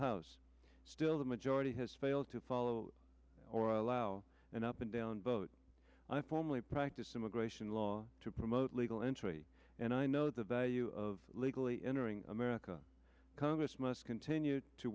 house still the majority has failed to follow or allow an up and down vote i formally practice immigration law to promote legal entry and i know the value of legally entering america congress must continue to